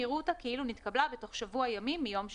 יראו אותה כאילו נתקבלה בתוך שבוע ימים מיום שנשלחה.